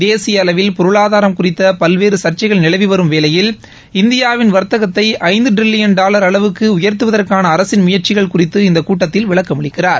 தேசிய அளவில் பொருளாதாரம் குறித்த பல்வேறு சா்ச்சைகள் நிலவி வரும் வேளையில் இந்தியாவின் வர்த்தகத்தை ஐந்து ட்டிரில்லியன் டாவர் அளவுக்கு உயர்த்துவதற்கான அரசின் முயற்சிகள் குறித்து இந்த கூட்டத்தில் விளக்கமளிக்கிறார்